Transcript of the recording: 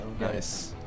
nice